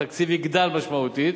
התקציב יגדל משמעותית,